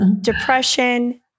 depression